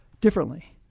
differently